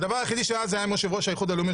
הדבר היחידי שהיה זה היה עם יושב-ראש האיחוד הלאומי,